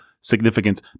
significance